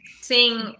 seeing